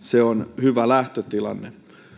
se on hyvä lähtötilanne